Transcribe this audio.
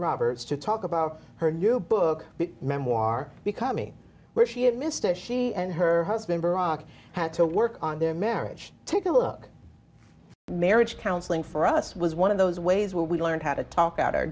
roberts to talk about her new book memoir becoming where she had missed it she and her husband brock had to work on their marriage take a look marriage counseling for us was one of those ways where we learned how to talk out our